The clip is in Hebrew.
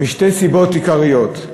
משתי סיבות עיקריות.